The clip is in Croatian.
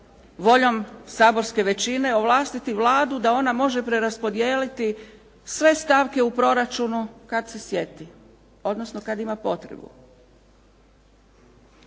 voljom saborske većine ovlastiti Vladu da ona može preraspodijeliti sve stavke u proračunu kad se sjeti, odnosno kad ima potrebu.